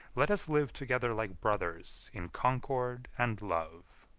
let us live together like brothers in concord and love.